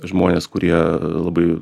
žmonės kurie labai